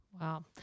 Wow